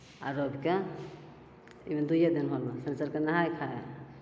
आओर रविके ई मे दुइए दिन होल शन्निचरके नहाइ खाइ